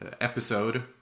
episode